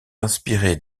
inspirés